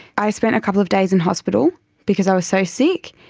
i spent a couple of days in hospital because i was so sick,